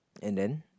and then